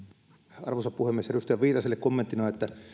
arvoisa puhemies edustaja viitaselle kommenttina